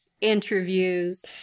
interviews